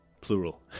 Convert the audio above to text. plural